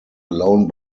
alone